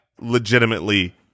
legitimately